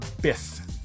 Biff